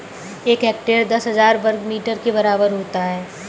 एक हेक्टेयर दस हजार वर्ग मीटर के बराबर होता है